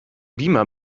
beamer